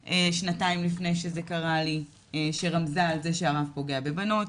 שנתיים לפני שזה קרה אשר רמזה על זה שהרב פוגע בבנות,